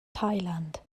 thailand